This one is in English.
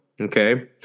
Okay